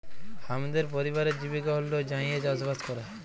হামদের পরিবারের জীবিকা হল্য যাঁইয়ে চাসবাস করা